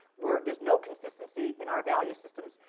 we're, there's no consistency in our value systems.